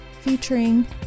featuring